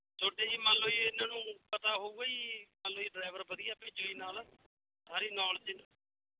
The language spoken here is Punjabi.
ਤੁਹਾਡੇ ਜੀ ਮੰਨ ਲਓ ਜੀ ਇਹਨਾਂ ਨੂੰ ਪਤਾ ਹੋਊਗਾ ਜੀ ਸਾਨੂੰ ਜੀ ਡਰਾਈਵਰ ਵਧੀਆ ਭੇਜਿਓ ਜੀ ਨਾਲ ਸਾਰੀ ਨੌਲੇਜ